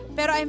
Pero